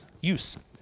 use